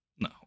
No